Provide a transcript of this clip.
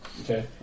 Okay